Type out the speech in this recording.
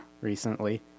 recently